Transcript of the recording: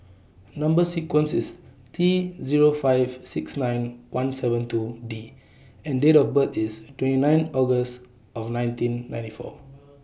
Number sequence IS T Zero five six nine one seven two D and Date of birth IS twenty nine August of nineteen ninety four